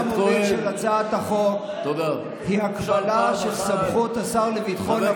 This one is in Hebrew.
ההיגיון המוביל של הצעת החוק הוא הקבלה של סמכות השר לביטחון הפנים,